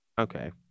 Okay